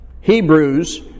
Hebrews